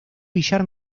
villar